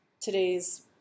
today's